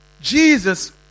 Jesus